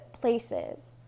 places